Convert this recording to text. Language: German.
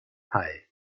hei